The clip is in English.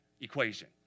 equation